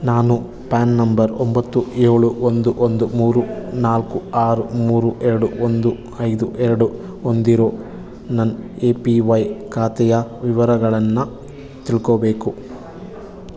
ನಾನು PAN number ಒಂಬತ್ತು ಏಳು ಒಂದು ಒಂದು ಮೂರು ನಾಲ್ಕು ಆರು ಮೂರು ಎರಡು ಒಂದು ಐದು ಎರಡು ಹೊಂದಿರೋ ನನ್ನ ಎ ಪಿ ವೈ ಖಾತೆಯ ವಿವರಗಳನ್ನು ತಿಳ್ಕೋಬೇಕು